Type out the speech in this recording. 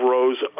Rose